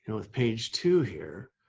and with page two here,